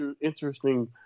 interesting